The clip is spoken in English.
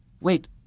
Wait